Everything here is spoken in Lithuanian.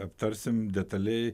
aptarsim detaliai